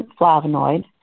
flavonoid